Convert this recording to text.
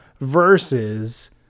versus